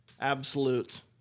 absolute